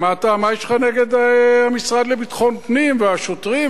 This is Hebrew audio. מה יש לך נגד המשרד לביטחון פנים והשוטרים,